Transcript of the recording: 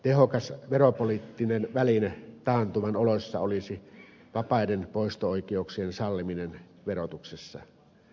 tehokas veropoliittinen väline taantuman oloissa olisi vapaiden poisto oikeuksien salliminen verotuksessa